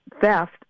theft